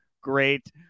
Great